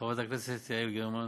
חברת הכנסת יעל גרמן,